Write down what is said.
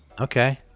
okay